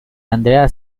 andrea